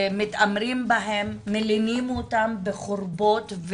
מתעמרים בהם, מלינים אותם בחורבות.